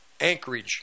Anchorage